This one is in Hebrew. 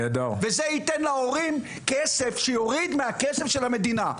וזה ייתן להורים כסף שיוריד מהכסף של המדינה.